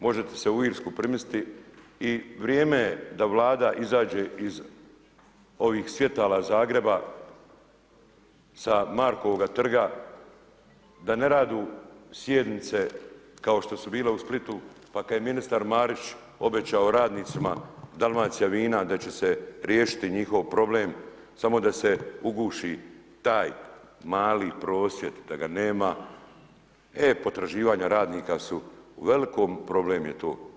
Možete se u Irsku premjestiti i vrijeme je da Vlada izađe iz ovih svjetala Zagreba sa Markovoga trga, da ne rade sjednice kao što su bile u Splitu, pa kad je ministar Marić obećao radnicima Dalmacija Vina da će se riješiti njihov problem, samo da se uguši taj mali prosvjed, da ga nema, e potraživanja radnika su u velikim problem je to.